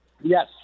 Yes